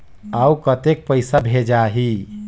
अउ कतेक पइसा भेजाही?